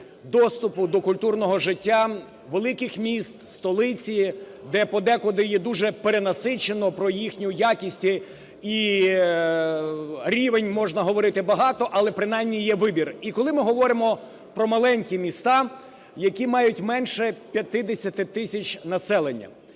доступу до культурного життя великих міст, столиці, де подекуди є дуже перенасичено. Про їхню якість і рівень можна говорити багато, але принаймні є вибір. І коли ми говоримо про маленькі міста, які мають менше 50 тисяч населення,